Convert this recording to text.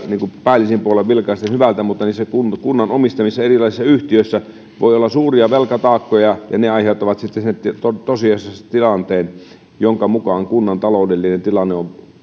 päällisin puolin vilkaisten hyvältä mutta niissä kunnan omistamissa erilaisissa yhtiöissä voi olla suuria velkataakkoja ja ne aiheuttavat sitten tosiasiassa sen tilanteen että kunnan taloudellinen tilanne on